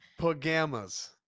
Pagamas